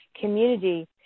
community